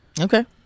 Okay